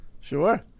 Sure